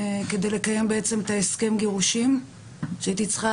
כדי לקיים בעצם את הסכם הגירושין שהייתי צריכה